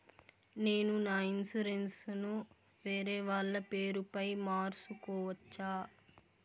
నేను నా ఇన్సూరెన్సు ను వేరేవాళ్ల పేరుపై మార్సుకోవచ్చా?